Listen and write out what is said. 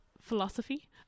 philosophy